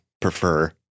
prefer